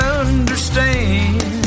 understand